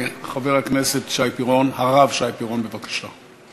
חבר הכנסת שי פירון, הרב שי פירון, בבקשה.